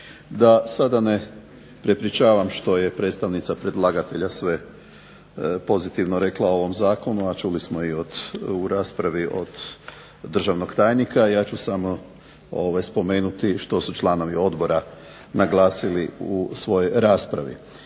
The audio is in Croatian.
Da sada ne prepričavam što je predstavnica predlagatelja sve pozitivno rekla o ovom zakonu, a čuli smo i u raspravi od državnog tajnika. Ja ću samo spomenuti što su članovi odbora naglasili u svojoj raspravi.